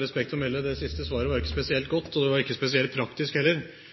respekt å melde: Det siste svaret var ikke spesielt godt. Det var ikke spesielt praktisk heller.